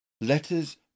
Letters